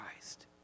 Christ